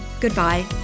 Goodbye